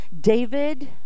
David